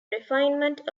refinement